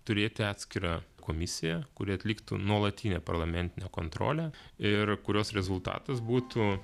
turėti atskirą komisiją kuri atliktų nuolatinę parlamentinę kontrolę ir kurios rezultatas būtų